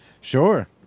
Sure